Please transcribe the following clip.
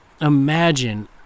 imagine